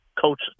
coach